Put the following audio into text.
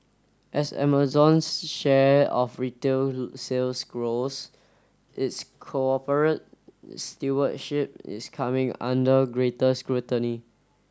as Amazon's share of retail sales grows its corporate stewardship is coming under greater scrutiny